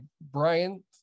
Brian